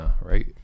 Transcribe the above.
right